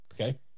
Okay